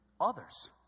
others